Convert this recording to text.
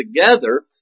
together